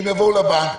הם יבואו לבנק,